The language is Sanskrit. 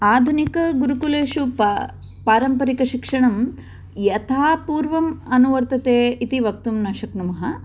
आधुनिकगुरुकुलेषु पा पारम्परिकशिक्षणं यथा पूर्वं अनुवर्तते इति वक्तुं न शक्नुमः